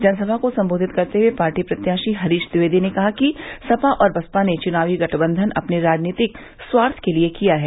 जनसभा को संबोधित करते हुए पार्टी प्रत्याशी हरीश द्विवेदी ने कहा कि सपा और बसपा ने चुनावी गठबंधन अपने राजनीतिक स्वार्थ के लिये किया है